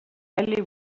ellie